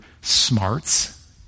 smarts